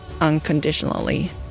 unconditionally